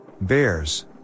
Bears